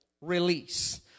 release